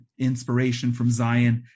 inspirationfromzion